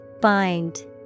Bind